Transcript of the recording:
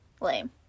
Lame